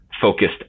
focused